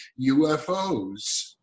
UFOs